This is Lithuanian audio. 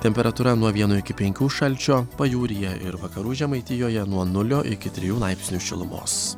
temperatūra nuo vieno iki penkių šalčio pajūryje ir vakarų žemaitijoje nuo nulio iki trijų laipsnių šilumos